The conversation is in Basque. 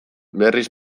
berriz